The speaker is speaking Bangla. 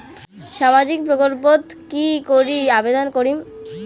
সামাজিক প্রকল্পত কি করি আবেদন করিম?